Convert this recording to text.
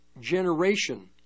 generation